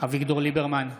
אביגדור ליברמן,